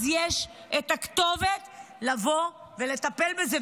יש כתובת לטפל בזה.